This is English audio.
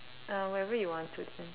uh wherever you want to